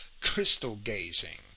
crystal-gazing